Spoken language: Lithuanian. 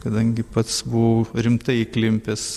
kadangi pats buvau rimtai įklimpęs